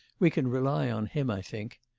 we can rely on him, i think.